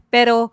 Pero